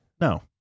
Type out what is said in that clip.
No